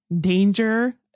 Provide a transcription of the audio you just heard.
danger